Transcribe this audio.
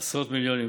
עשרות מיליונים.